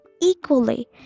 equally